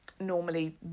normally